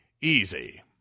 easy